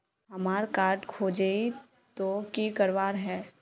हमार कार्ड खोजेई तो की करवार है?